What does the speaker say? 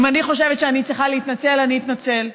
אם אני חושבת שאני צריכה להתנצל אני אתנצל,